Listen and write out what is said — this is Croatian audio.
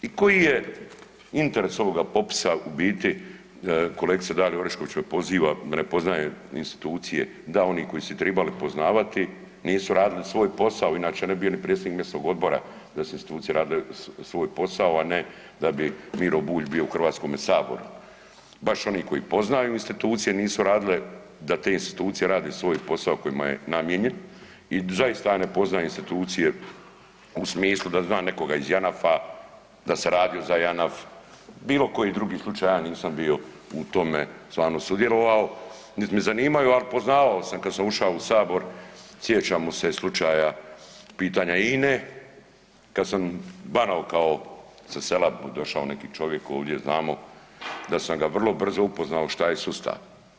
I koji je interes ovoga popisa u biti, kolegica Dalija Orešković me poziva da ne poznaje institucije, da oni koji su ih tribali poznavati nisu radili svoj posao inače ne bi bio ni predsjednik mjesnog odbora da su institucije svoj posao, a ne da bi Miro Bulj bio u HS-u, baš oni koji poznaju institucije nisu radile da te institucije rade svoj posao kojima je namijenjen i zaista ja ne poznajem institucije u smislu da znam nekoga iz Janafa, da sam radio za Janaf, bilo koji drugi slučaj ja nisam bio u tome stvarno sudjelovao niti me zanimaju, ali poznavao sam kada sam ušao u Sabor sjećamo se slučaja pitanja INA-e, kada sam banuo sa sela došao neki čovjek ovdje znamo da sam ga vrlo brzo upoznao šta je sustav.